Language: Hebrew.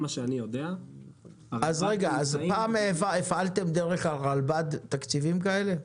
אז פעם הפעלתם דרך הרלב"ד תקציבים כאלה?